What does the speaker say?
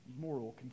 moral